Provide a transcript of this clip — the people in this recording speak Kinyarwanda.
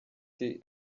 kibisi